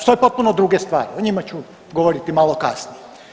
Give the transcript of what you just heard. Stoje potpuno druge stvari, o njima ću govoriti malo kasnije.